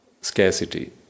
scarcity